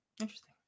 Interesting